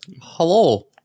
Hello